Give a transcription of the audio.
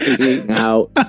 out